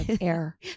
air